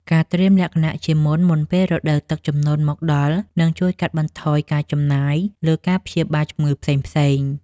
ការត្រៀមលក្ខណៈជាមុន មុនពេលរដូវទឹកជំនន់មកដល់នឹងជួយកាត់បន្ថយការចំណាយលើការព្យាបាលជំងឺផ្សេងៗ។